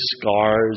scars